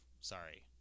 Sorry